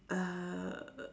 uh